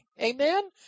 Amen